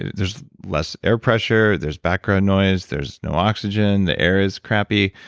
and there's less air pressure, there's background noise, there's no oxygen, the air is crappy.